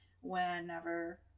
whenever